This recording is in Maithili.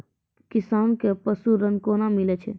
किसान कऽ पसु ऋण कोना मिलै छै?